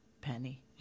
penny